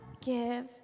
give